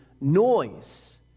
noise